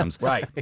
right